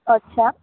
અચ્છા